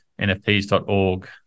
nfts.org